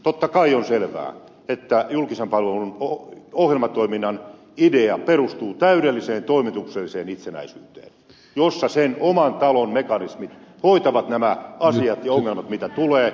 totta kai on selvää että julkisen palvelun ohjelmatoiminnan idea perustuu täydelliseen toimitukselliseen itsenäisyyteen jossa sen oman talon mekanismit hoitavat nämä asiat ja ongelmat mitä tulee ja ihmettelette nyt